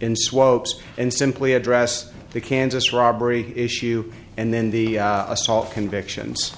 in swaps and simply address the kansas robbery issue and then the assault convictions